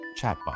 chatbot